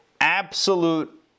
absolute